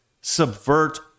subvert